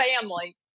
family